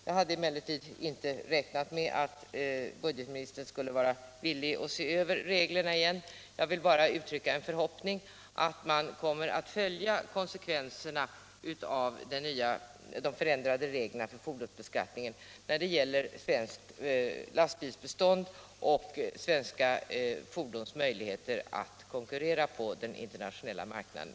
Jag hade emellertid inte räknat med att budgetministern skulle vara villig se över reglerna igen. Jag vill bara uttrycka en förhoppning om att man kommer att följa konsekvenserna av de ändrade reglerna för fordonsbeskattning när det gäller det svenska lastbilsbeståndet och svenska fordons möjligheter att konkurrera på den internationella marknaden.